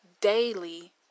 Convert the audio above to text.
daily